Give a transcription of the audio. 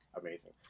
amazing